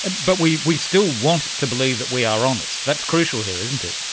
ah but we we still want to believe that we are honest, that's crucial here isn't it.